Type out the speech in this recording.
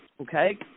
Okay